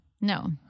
No